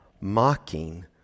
mocking